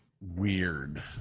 weird